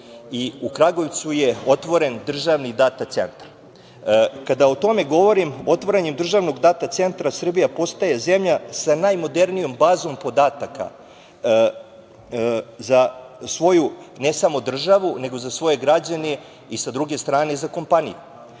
i u Kragujevcu je otvoren Državni data centar. Kada o tome govorim, otvaranjem državnog data centra Srbija postaje zemlja sa najmodernijom bazom podataka za svoju ne samo državu nego za svoje građane i sa druge strane i za kompanije.